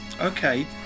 Okay